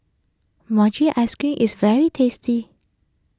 Mochi Ice Cream is very tasty